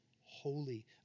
holy